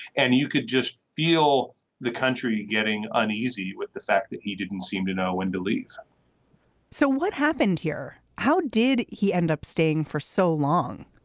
and you could just feel the country getting uneasy with the fact that he didn't seem to know when to leave so what happened here. how did he end up staying for so long